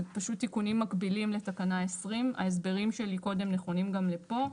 פשוט תיקונים מקבילים לתקנה 20. ההסברים שלי קודם נכונים גם לפה.